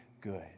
good